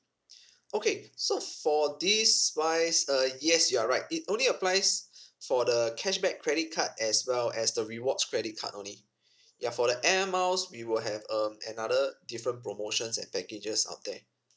okay so for this wise uh yes you're right it only applies for the cashback credit card as well as the rewards credit card only ya for the airmiles we will have um another different promotions and packages out there